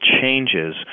changes